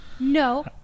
No